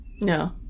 No